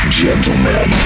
gentlemen